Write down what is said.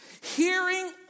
Hearing